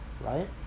right